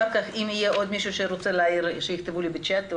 אחר כך אם יש מישהו שרוצה להעיר שיכתוב לי בצ'ט.